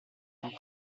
tant